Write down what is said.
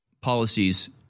policies